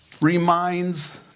reminds